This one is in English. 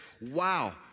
wow